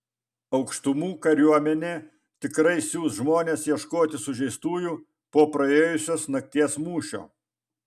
aukštumų kariuomenė tikrai siųs žmones ieškoti sužeistųjų po praėjusios nakties mūšio